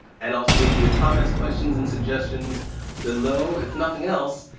and also leave me your comments, questions, and suggestions below. if nothing else,